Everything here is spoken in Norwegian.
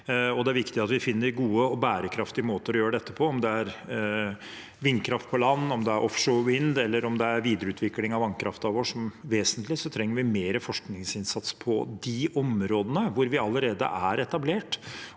Det er viktig at vi finner gode og bærekraftige måter å gjøre dette på. Om det er vindkraft på land, om det er offshore vind, eller om det er videreutvikling av vannkraften vår som er vesentlig, trenger vi mer forskningsinnsats på de områdene hvor vi allerede er etablert,